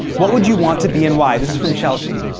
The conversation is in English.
what would you want to be and why? this is from chelsea.